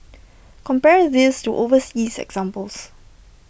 compare this to overseas examples